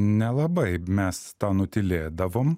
nelabai mes tą nutylėdavom